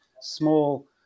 small